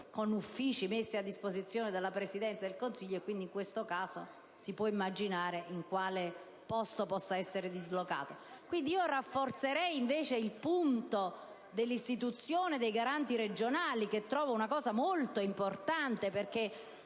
con uffici messi a disposizione dalla Presidenza del Consiglio: e, in questo caso, si può immaginare in quale posto tali uffici possano essere dislocati. Io rafforzerei invece il punto dell'istituzione dei Garanti regionali, che trovo una misura molto importante perché,